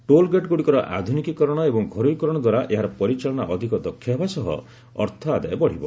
toll ଗେଟ୍ଗୁଡ଼ିକର ଆଧ୍ରନିକକରଣ ଏବଂ ଘରୋଇ କରଣ ଦ୍ୱାରା ଏହାର ପରିଚାଳନା ଅଧିକ ଦକ୍ଷ ହେବା ସହ ଅର୍ଥ ଆଦାୟ ବଢ଼ିବ